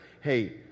hey